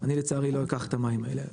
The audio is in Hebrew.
אני לצערי לא אקח את המים האלה,